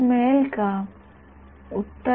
उत्तर आहे मला असे वाटत नाही उत्तर आहे